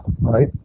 right